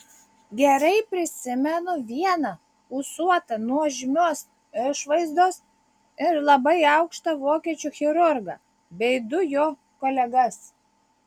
gerai prisimenu vieną ūsuotą nuožmios išvaizdos ir labai aukštą vokiečių chirurgą bei du jo kolegas